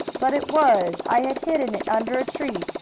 but it was. i had hidden it under a tree.